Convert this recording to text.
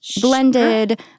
blended